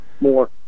more